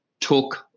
took